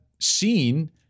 seen